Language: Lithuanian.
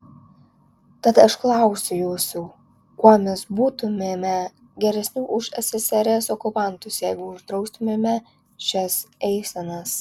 tad aš klausiu jūsų kuo mes būtumėme geresni už ssrs okupantus jeigu uždraustumėme šias eisenas